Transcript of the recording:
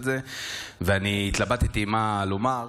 ואני התלבטתי מה לומר.